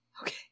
okay